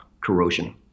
corrosion